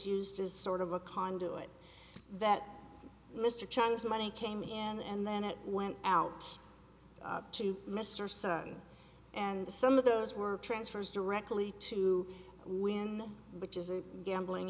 used as sort of a conduit that mr chang's money came in and then it went out to mr sun and some of those were transfers directly to win which is a gambling